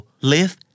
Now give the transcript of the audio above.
live